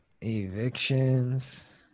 Evictions